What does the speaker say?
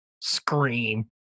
scream